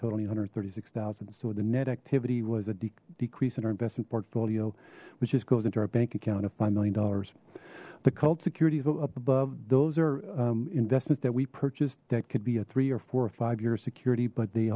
totally one hundred thirty six thousand so the net activity was a decrease in our investment portfolio which just goes into our bank account of five million dollars the cult securities above those are investments that we purchased that could be a three or four or five years security but they